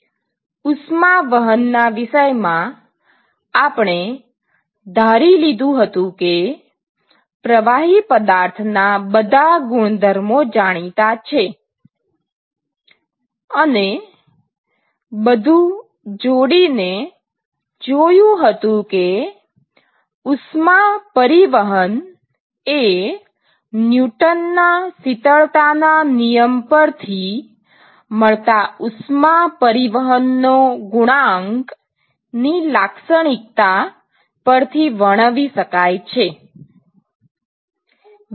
ઉપરનો સ્નેપશોટ જુઓ ઉષ્માવહન ના વિષયમાં આપણે ધારી લીધું હતું કે પ્રવાહી પદાર્થ ના બધા ગુણધર્મો જાણીતા છે અને બધું જોડીને જોયું હતું કે ઉષ્મા પરિવહન એ ન્યુટનના શીતળતા ના નિયમ પરથી મળતા ઉષ્મા પરિવહનનો ગુણાંક ની લાક્ષણિકતા પરથી વર્ણવી શકાય છે